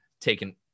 taken